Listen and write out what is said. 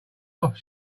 off